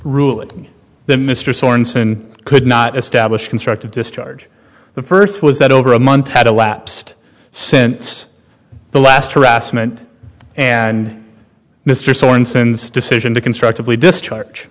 it that mr sorenson could not establish constructive discharge the first was that over a month had elapsed since the last harassment and mr sorenson's decision to constructively discharge